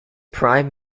prime